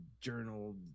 journal